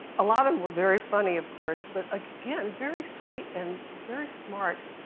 a lot of them were very funny, of course, but again, very sweet, and very smart.